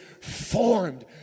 formed